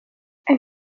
elle